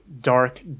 dark